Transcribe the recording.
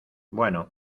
bueno